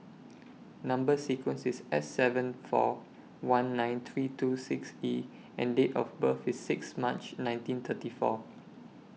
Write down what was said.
Number sequence IS S seven four one nine three two six E and Date of birth IS six March nineteen thirty four